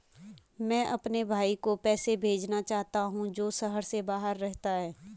मैं अपने भाई को पैसे भेजना चाहता हूँ जो शहर से बाहर रहता है